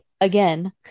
again